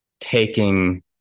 taking